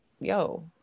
yo